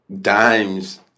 dimes